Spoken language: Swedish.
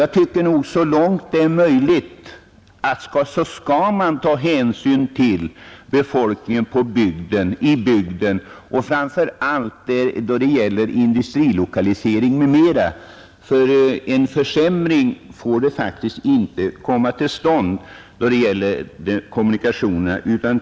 Jag tycker också att hänsyn så långt möjligt skall tas till befolkningen i berörda bygder framför allt vid industrilokaliseringar och liknande. Det får inte bli någon ytterligare försämring av kommunikationerna!